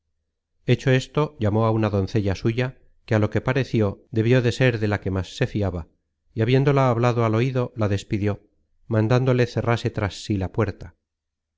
hecho esto llamó á una doncella suya que á lo que pareció debió de ser de la que más se fiaba y habiéndola hablado al oido la despidió mandándole cerrase tras sí la puerta